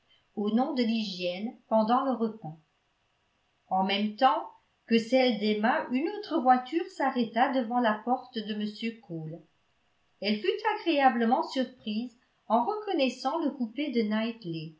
au nom de l'hygiène pendant le repas en même temps que celle d'emma une autre voiture s'arrêta devant la porte de m cole elle fut agréablement surprise en reconnaissant le coupé de